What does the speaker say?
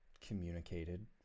communicated